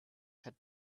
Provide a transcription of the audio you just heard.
had